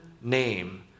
name